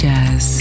Jazz